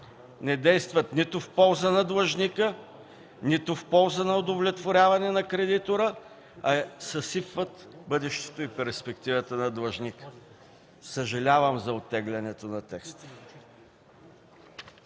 не действат нито в полза на длъжника, нито в полза на удовлетворяване на кредитора, а съсипват бъдещето и перспективата на длъжника. Съжалявам за оттеглянето на текста.